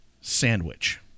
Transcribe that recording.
sandwich